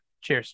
Cheers